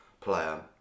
player